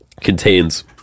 contains